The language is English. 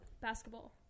Basketball